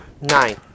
Nine